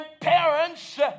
parents